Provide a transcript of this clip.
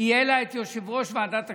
יהיה לה יושב-ראש ועדת הכספים,